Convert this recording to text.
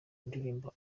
ndirimo